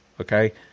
okay